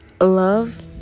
love